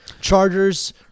Chargers